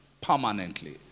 permanently